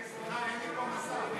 ההסתייגות של קבוצת סיעת מרצ,